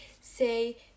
say